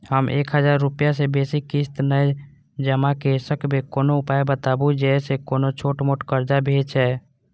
हम एक हजार रूपया से बेसी किस्त नय जमा के सकबे कोनो उपाय बताबु जै से कोनो छोट मोट कर्जा भे जै?